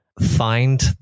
find